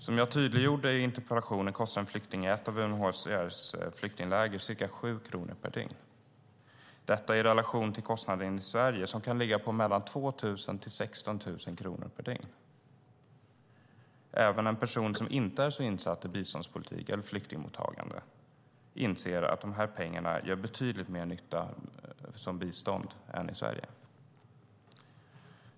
Som jag tydliggjorde i interpellationen kostar en flykting i ett av UNHCR:s flyktingläger ca 7 kronor per dygn. Detta ska ställas i relation till kostnaden i Sverige, som kan ligga på mellan 2 000 och 16 000 kronor per dygn. Även en person som inte är så insatt i biståndspolitik och flyktingmottagande inser att dessa pengar gör betydligt mer nytta som bistånd än i Sverige.